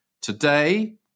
Today